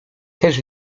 też